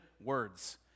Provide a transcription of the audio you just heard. words